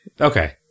okay